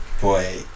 Boy